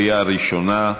בקריאה ראשונה,